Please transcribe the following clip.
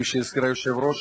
כפי שהזכיר היושב-ראש,